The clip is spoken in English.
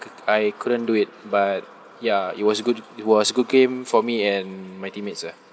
I couldn't do it but ya it was good it was good game for me and my teammates lah